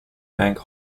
bank